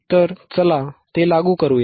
तर चला ते लागू करूया